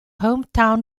hometown